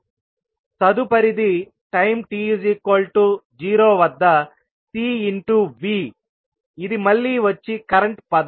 తదుపరిది time t0 వద్ద C in two Vఇది మళ్లీ వచ్చి కరెంటు పదం